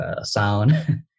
sound